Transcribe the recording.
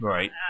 Right